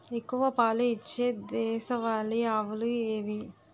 ఎక్కువ పాలు ఇచ్చే దేశవాళీ ఆవులు ఏవి?